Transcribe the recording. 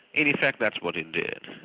in effect, that's what it did,